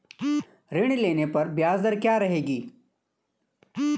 ऋण लेने पर ब्याज दर क्या रहेगी?